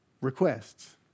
requests